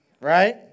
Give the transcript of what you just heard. right